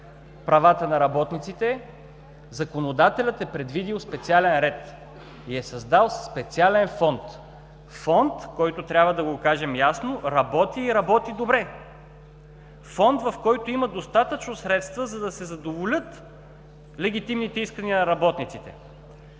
правата на работниците, законодателят е предвидил специален ред. Създал е и специален Фонд – Фонд, който трябва да го кажем ясно – работи, и работи добре. Фонд, в който има достатъчно средства, за да се задоволят легитимните искания на работниците.